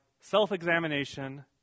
self-examination